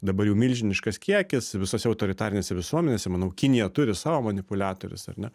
dabar jau milžiniškas kiekis visose autoritarinėse visuomenėse manau kinija turi savo manipuliatorius ar ne